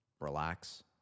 relax